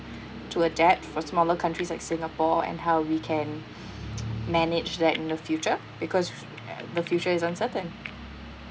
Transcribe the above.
to adapt for smaller countries like singapore and how we can manage that in the future because uh the future is uncertain